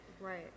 right